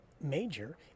major